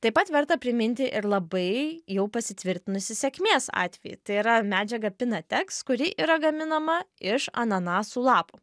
taip pat verta priminti ir labai jau pasitvirtinusį sėkmės atvejį tai yra medžiaga pinateks kuri yra gaminama iš ananasų lapų